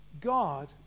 God